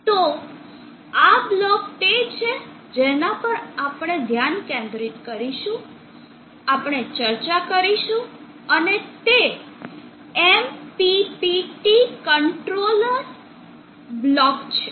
તો આ બ્લોક તે છે કે જેના પર આપણે ધ્યાન કેન્દ્રિત કરીશું આપણે ચર્ચા કરીશું અને તે MPPT કંટ્રોલર બ્લોક છે